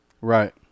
Right